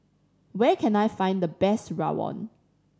where can I find the best rawon